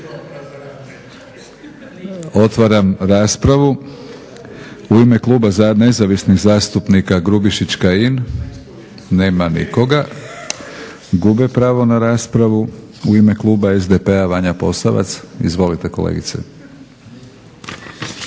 Otvaram raspravu. U ime Kluba nezavisnih zastupnika Grubišić-Kajin. Nema nikoga. Gube pravo na raspravu. U ime Kluba SDP-a, Vanja Posavac, izvolite kolegice.